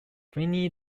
pliny